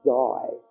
die